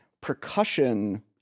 percussion